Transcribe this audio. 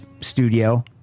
studio